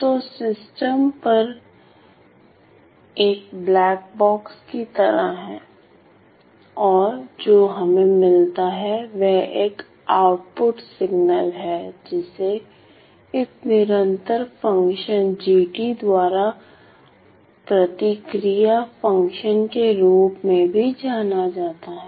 तो सिस्टम एक black box की तरह है और जो हमें मिलता है वह एक आउटपुट सिग्नल है जिसे इस निरंतर फ़ंक्शन g द्वारा प्रतिक्रिया फ़ंक्शन के रूप में भी जाना जाता है